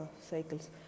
cycles